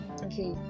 Okay